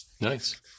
nice